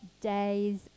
days